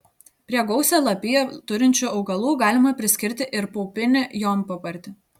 prie gausią lapiją turinčių augalų galima priskirti ir paupinį jonpapartį